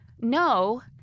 no